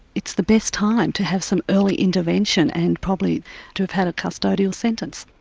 it's the best time to have some early intervention and probably to have had a custodial sentence.